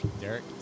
Derek